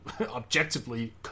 objectively